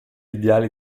ideali